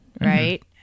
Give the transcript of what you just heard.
right